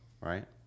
Right